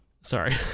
Sorry